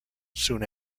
soon